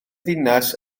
ddinas